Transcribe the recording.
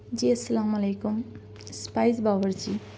جی السّلام علیکم اسپائیس باورچی